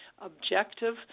objective